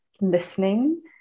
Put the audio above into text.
listening